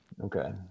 Okay